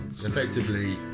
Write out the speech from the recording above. effectively